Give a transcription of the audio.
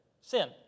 sin